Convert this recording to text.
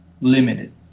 limited